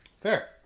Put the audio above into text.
fair